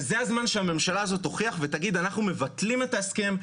וזה הזמן שהממשלה תגיד: אנחנו מבטלים את ההסכם,